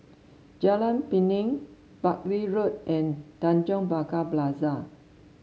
Jalan Pinang Buckley Road and Tanjong Pagar Plaza